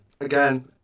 Again